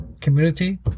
community